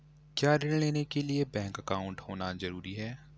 क्या ऋण लेने के लिए बैंक अकाउंट होना ज़रूरी है?